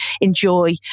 enjoy